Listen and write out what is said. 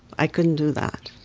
i couldn't do that.